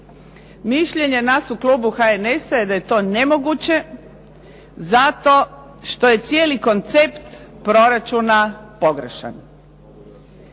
Mišljenje nas u klubu HNS-a je da je to nemoguće zato što je cijeli koncept proračuna pogrešan.